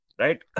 Right